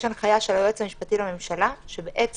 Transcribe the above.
יש הנחיה של היועץ המשפטי לממשלה שבעצם